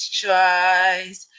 tries